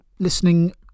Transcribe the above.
Listening